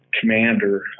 commander